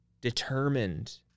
determined